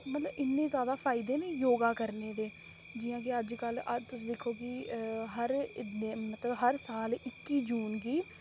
मतलब इन्ने जैदा फायदे न योग करने दे जि'यां कि अजकल अज्ज तुस दिक्खो कि हर मतलब हर साल इक्की जून गी